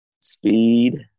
Speed